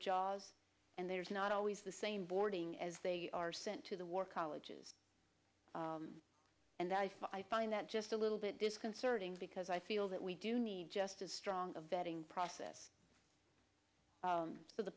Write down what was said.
jobs and there's not always the same boarding as they are sent to the war colleges and i find that just a little bit disconcerting because i feel that we do need just as strong a vetting process for the